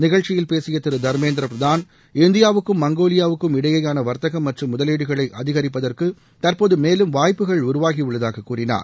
நிகழ்ச்சியில் பேசிய திரு தர்மேந்திர பிரதாள் இந்தியாவுக்கும் மங்கோலியாவுக்குமிடையேயான வர்த்தகம் மற்றும் முதலீடுகளை அதிகரிப்பதற்கு தற்போது மேலும் வாய்ப்புகள் உருவாகியுள்ளதாக கூறினார்